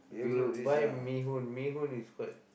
you buy mee-hoon mee-hoon is quite